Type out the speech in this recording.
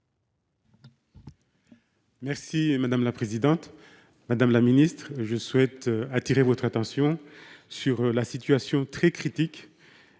Merci madame la présidente. Madame la ministre je souhaite attirer votre attention sur la situation très critique.